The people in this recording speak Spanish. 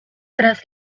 tras